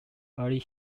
early